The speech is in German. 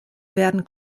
werden